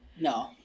no